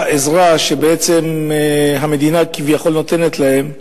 עזרה שבעצם המדינה כביכול נותנת להם,